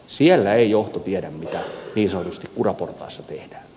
siellä ei johto tiedä mitä niin sanotusti kuraportaassa tehdään